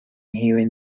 hearing